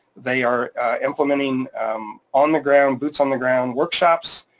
they are implementing on the ground, boots on the ground workshops,